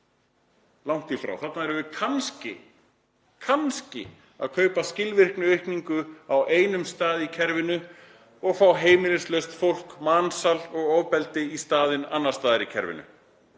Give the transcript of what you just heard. langt í frá. Þarna erum við kannski — kannski — að kaupa skilvirkniaukningu á einum stað í kerfinu og fá heimilislaust fólk, mansal og ofbeldi í staðinn annars staðar í kerfinu.